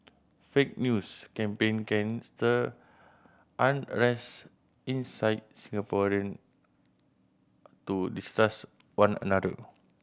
fake news campaign can stir unrest incite Singaporean to distrust one another